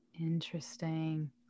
Interesting